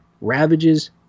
ravages